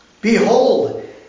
Behold